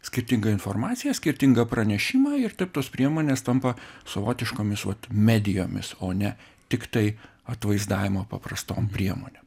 skirtingą informaciją skirtingą pranešimą ir taip tos priemonės tampa savotiškomis vat medijomis o ne tiktai atvaizdavimo paprastom priemonėm